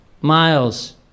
Miles